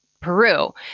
Peru